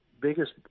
biggest –